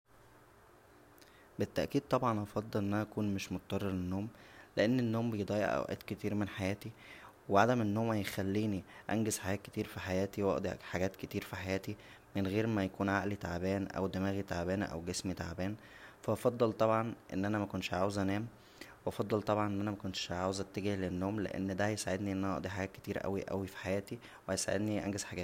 بالتاكيد طبعا هفضل ان انا اكون مش مضطر للنوم لان النوم بيضيع اوقات كتير من حياتى و عدم النوم هيخلينى انجز حاجات كتير فحياتى و اقضى حاجات كتير فحياتى من غير ما يكون عقلى تعبان او دماغى تعبانه او جسمى تعبان فا هفضل طبعا ان انا مكونش عاوز انام و افضل طبعا ان انا مكونش عاوز اتجه للنوم لان دا هيساعدنى ان انا اقضى حاجات كتيره اوى اوى فحياتى و هيساعدنى انجز حاج